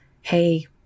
Hey